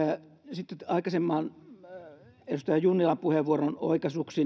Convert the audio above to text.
sitten edustaja junnilan aikaisemman puheenvuoron oikaisuksi